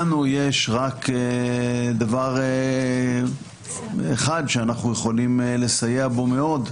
לנו יש רק דבר אחד שאנחנו יכולים לסייע בו מאוד,